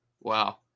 Wow